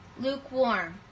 Lukewarm